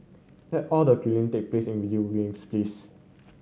let all the killing take place in video games please